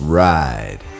ride